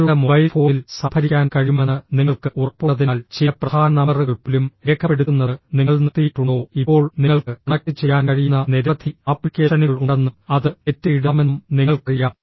നിങ്ങളുടെ മൊബൈൽ ഫോണിൽ സംഭരിക്കാൻ കഴിയുമെന്ന് നിങ്ങൾക്ക് ഉറപ്പുള്ളതിനാൽ ചില പ്രധാന നമ്പറുകൾ പോലും രേഖപ്പെടുത്തുന്നത് നിങ്ങൾ നിർത്തിയിട്ടുണ്ടോ ഇപ്പോൾ നിങ്ങൾക്ക് കണക്റ്റുചെയ്യാൻ കഴിയുന്ന നിരവധി ആപ്ലിക്കേഷനുകൾ ഉണ്ടെന്നും അത് നെറ്റിൽ ഇടാമെന്നും നിങ്ങൾക്കറിയാം